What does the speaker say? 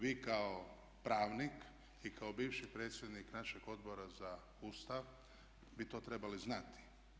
Vi kao pravnik i kao bivši predsjednik našeg Odbora za Ustav bi to trebali znati.